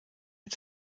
mit